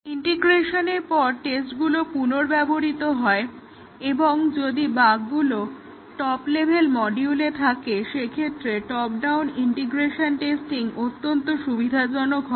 ইন্টিগ্রেশনের পর টেস্টগুলো পুনর্ব্যবহৃত হয় এবং যদি বাগগুলো টপ লেভেল মডিউলে থাকে সেক্ষেত্রে টপডাউন ইন্টিগ্রেশন টেস্টিং অত্যন্ত সুবিধাজনক হয়